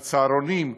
על צהרונים,